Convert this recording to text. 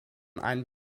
ein